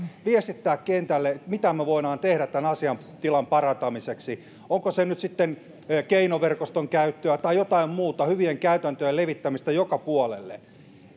viestittää kentälle mitä me voimme tehdä tämän asian tilan parantamiseksi onko se nyt sitten keinoverkoston käyttöä tai jotain muuta hyvien käytäntöjen levittämistä joka puolelle